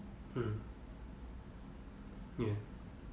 mm ya